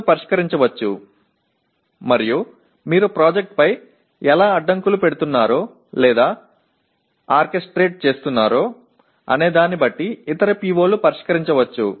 எனவே பின்னர் நீங்கள் மற்ற PO க்கள் இணைக்கக்கூடிய திட்டத்தை எவ்வாறு கட்டுப்படுத்துகிறீர்கள் அல்லது திட்டமிடுகிறீர்கள் என்பதைப் பொறுத்து தகவல்தொடர்புக்கு தீர்வு காண முடியும்